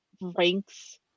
ranks